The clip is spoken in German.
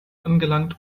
angelangt